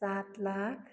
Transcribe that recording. सात लाख